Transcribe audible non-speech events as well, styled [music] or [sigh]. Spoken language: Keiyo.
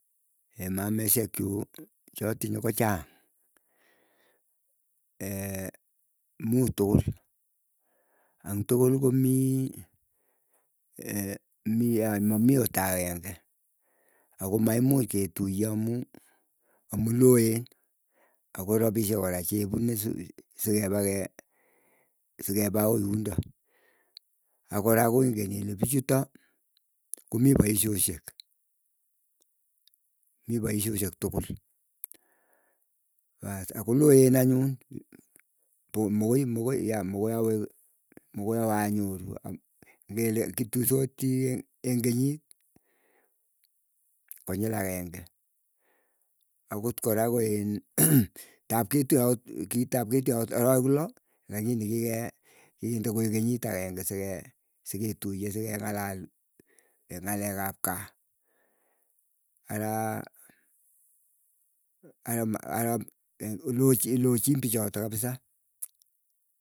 [hesitation] mameshek chuu chatinye kochang. [hesitation] muut tugul ang tukul komii, e mamii ota agenge akomaimuch ketuye amuu amu loen. Ako rapisyek kora chepune sikepa ke sikepa akoi yundo. Akora koingen ile pichuto komii poisyosyek, mii poisyosyek tukul paas akoloen anyun, po mokoi mokoi yeah makoi awee mokoi awee anyoru am ngele kituisoti eng kenyit. Konyil ageng'e akot kora koin, [coughs] tap ketuiye akot kitap ketuiye akot arawek loolaklini kike kikinde koek kenyit ageng'e siketiye. Sikeng'alal ng'alek ap kaa araa lochiin pichotok kapisa.